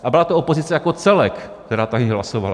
A byla to opozice jako celek, která tady hlasovala.